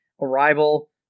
Arrival